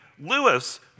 Lewis